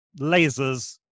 lasers